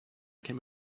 came